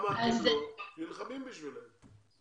למה אתם לא נלחמים עבורם?